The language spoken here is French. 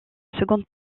seconde